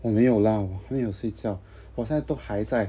我没有 lah 我没有睡觉我现在都还在